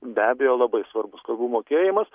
be abejo labai svarbus kalbų mokėjimas